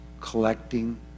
collecting